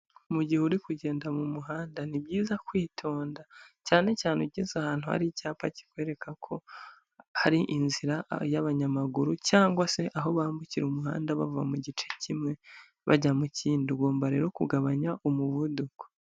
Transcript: Mu gihe uri kugenda mu muhanda ni byiza kwitonda cyane cyane ugeze ahantu hari icyapa kikwereka ko hari inzira y'abanyamaguru cyangwa se aho bambukira umuhanda bava mu gice kimwe bajya mu kindi ugomba rero kugabanya umuvuduko.